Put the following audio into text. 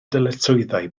dyletswyddau